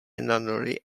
nunnery